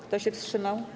Kto się wstrzymał?